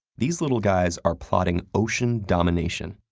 these little guys are plotting ocean domination.